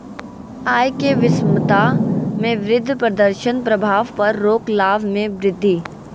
आय के विषमता में वृद्धि प्रदर्शन प्रभाव पर रोक लाभ में वृद्धि